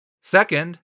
Second